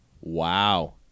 Wow